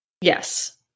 Yes